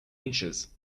inches